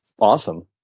awesome